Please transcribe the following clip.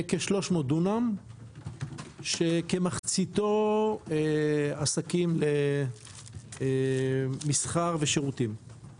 כ-300 דונם שכמחציתו עסקים למסחר ושירותים,